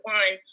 one